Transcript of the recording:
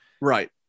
Right